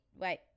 wait